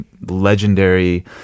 legendary